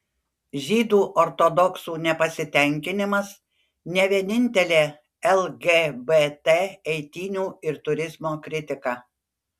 žydų ortodoksų nepasitenkinimas ne vienintelė lgbt eitynių ir turizmo kritika